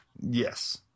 Yes